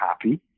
happy